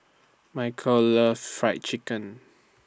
Michell loves Fried Chicken